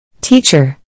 Teacher